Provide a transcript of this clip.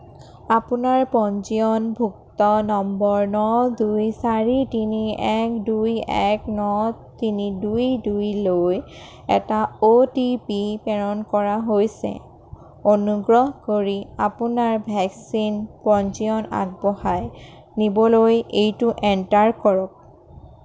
আপোনাৰ পঞ্জীয়নভুক্ত নম্বৰ ন দুই চাৰি তিনি এক দুই এক ন তিনি দুই দুইলৈ এটা অ'টিপি প্ৰেৰণ কৰা হৈছে অনুগ্ৰহ কৰি আপোনাৰ ভেকচিন পঞ্জীয়ন আগবঢ়াই নিবলৈ এইটো এণ্টাৰ কৰক